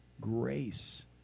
grace